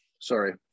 sorry